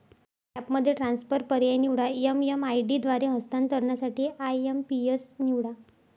ॲपमध्ये ट्रान्सफर पर्याय निवडा, एम.एम.आय.डी द्वारे हस्तांतरणासाठी आय.एम.पी.एस निवडा